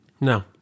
No